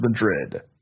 Madrid